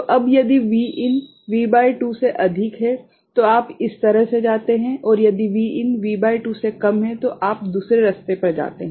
तो अब यदि Vin V भागित 2 से अधिक है तो आप इस तरह से जाते हैं और यदि Vin V भागित 2 से कम है तो आप दूसरे रास्ते पर जाते हैं